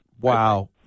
Wow